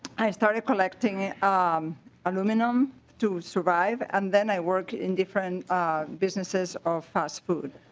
i started collecting um aluminum to survive and then i worked in different businesses um fast food.